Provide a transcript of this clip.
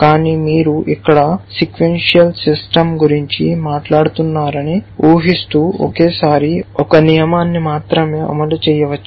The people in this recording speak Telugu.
కానీ మీరు ఇక్కడ సీక్వెన్షియల్ సిస్టమ్ గురించి మాట్లాడుతున్నారని ఊ హిస్తూ ఒకేసారి ఒక నియమాన్ని మాత్రమే అమలు చేయవచ్చు